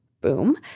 Boom